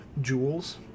jewels